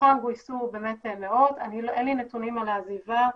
מתוכם גייסו באמת מאות, אין לי נתונים על העזיבה,